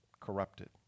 corrupted